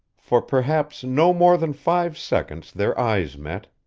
for perhaps no more than five seconds their eyes met.